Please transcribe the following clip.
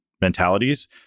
mentalities